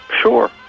Sure